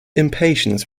impatience